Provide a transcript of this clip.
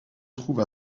trouve